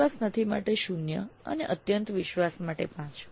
વિશ્વાસ નથી 0 થી અત્યંત વિશ્વાસ 5